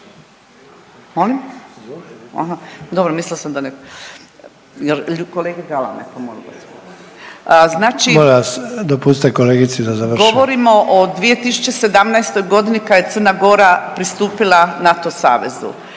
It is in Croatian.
govorimo o 2017. g. kad je Crna Gora pristupila NATO savezu